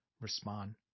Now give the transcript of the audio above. respond